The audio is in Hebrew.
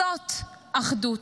זאת אחדות.